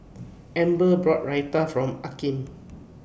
Amber bought Raita from Akeem